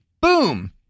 boom